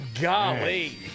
golly